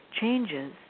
changes